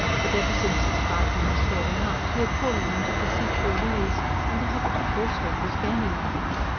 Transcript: but ever since his five months' boarding-out, he had fallen into deceitful ways and the habit of falsehood was gaining on him.